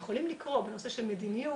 הם יכולים לקרוא בנושא של מדיניות,